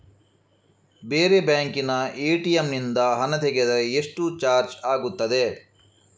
ಬೇರೆ ಬ್ಯಾಂಕಿನ ಎ.ಟಿ.ಎಂ ನಿಂದ ಹಣ ತೆಗೆದರೆ ಎಷ್ಟು ಚಾರ್ಜ್ ಆಗುತ್ತದೆ?